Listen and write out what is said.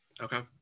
Okay